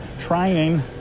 trying